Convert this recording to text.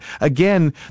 again